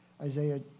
Isaiah